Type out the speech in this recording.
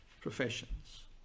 professions